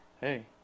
Hey